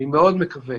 אני מאוד מקווה